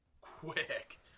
quick